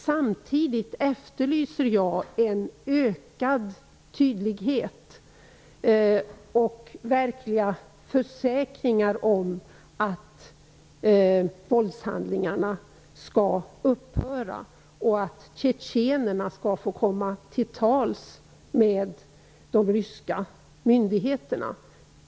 Samtidigt efterlyser jag ökad tydlighet och verkliga försäkringar om att våldshandlingarna skall upphöra och att tjetjenerna skall få komma till tals med de ryska myndigheterna.